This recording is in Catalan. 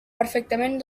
perfectament